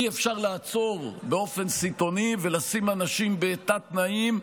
אי-אפשר לעצור באופן סיטוני ולשים אנשים בתת-תנאים.